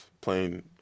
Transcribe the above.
playing